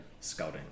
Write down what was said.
scouting